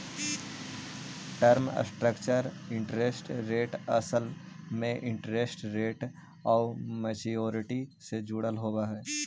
term structure interest rate असल में interest rate आउ मैच्योरिटी से जुड़ल होवऽ हई